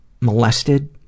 molested